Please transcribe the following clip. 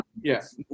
Yes